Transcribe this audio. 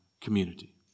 community